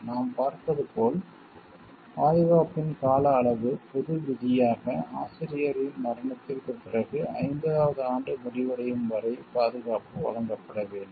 நாம் பார்ப்பது போல் பாதுகாப்பின் கால அளவு பொது விதியாக ஆசிரியரின் மரணத்திற்குப் பிறகு 50 வது ஆண்டு முடிவடையும் வரை பாதுகாப்பு வழங்கப்பட வேண்டும்